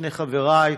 שני חברי,